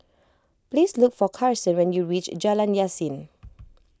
please look for Carson when you reach Jalan Yasin